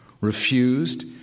refused